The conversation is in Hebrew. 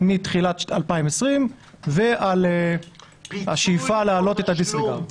מתחילת 2020 ועל השאיפה להעלות את הדיסריגרד.